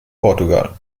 portugal